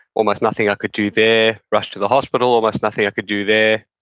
almost nothing i could do there. rushed to the hospital. almost nothing i could do there.